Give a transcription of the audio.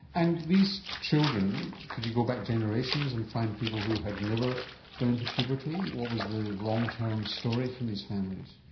and these children, could you go back generations and find people who had never gone into puberty? what was the long term story for these families?